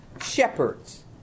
shepherds